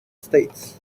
states